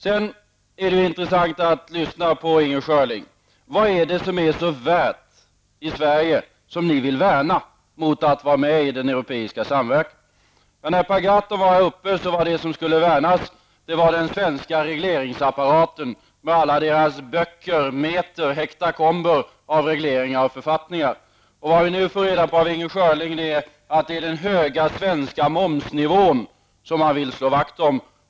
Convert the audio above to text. Det är intressant att lyssna på Inger Schörling. Vad är det i Sverige som ni vill värna mot att vara med i den europeiska samverkan? När Per Gahrton var uppe i talarstolen, var det som skulle värnas den svenska regleringsapparaten med alla dess böcker, meter, hekatomber av regleringar och författningar. Vad vi nu får reda på av Inger Schörling är att det är den höga svenska momsnivån som miljöpartiet vill slå vakt om.